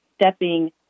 stepping